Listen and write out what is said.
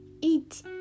eat